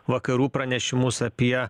vakarų pranešimus apie